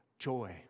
Joy